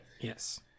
yes